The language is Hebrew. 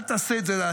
אל תעשה את זה לעצמך,